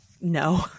no